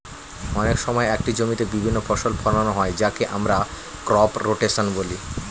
অনেক সময় একটি জমিতে বিভিন্ন ফসল ফোলানো হয় যাকে আমরা ক্রপ রোটেশন বলি